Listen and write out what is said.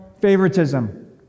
favoritism